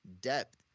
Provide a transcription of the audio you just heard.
depth